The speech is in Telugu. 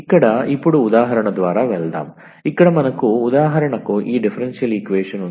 ఇక్కడ ఇప్పుడు ఉదాహరణ ద్వారా వెళ్దాం ఇక్కడ మనకు ఉదాహరణకు ఈ డిఫరెన్షియల్ ఈక్వేషన్ ఉంది అనుకుందాం